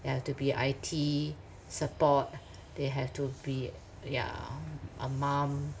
they have to be I_T support they have to be yeah a mum